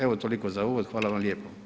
Evo toliko za uvod, hvala vam lijepo.